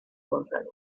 gonzález